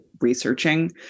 researching